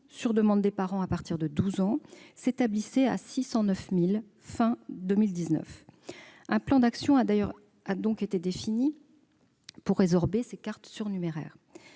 sur demande des parents, à partir de 12 ans -s'établissait à 609 000 fin 2019. Un plan d'action a été défini pour résorber ces cartes surnuméraires.